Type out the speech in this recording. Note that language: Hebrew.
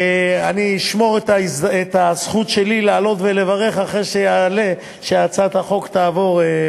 אני אשמור את הזכות שלי לעלות פעם נוספת ולברך אחרי שהצעת החוק תעבור.